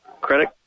Credit